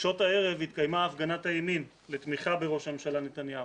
בשעות הערב התקיימה הפגנת הימין לתמיכה בראש הממשלה נתניהו.